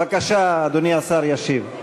בבקשה, אדוני השר ישיב.